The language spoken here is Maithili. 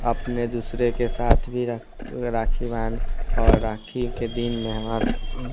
अपने दोसरेके साथ भी राखी बान्हि राखीके दिनमे